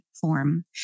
form